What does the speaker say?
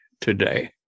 today